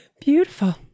beautiful